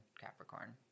Capricorn